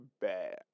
bad